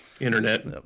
Internet